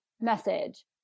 message